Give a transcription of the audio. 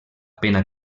pena